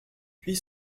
puis